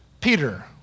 Peter